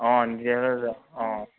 অ' অ'